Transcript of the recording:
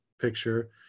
picture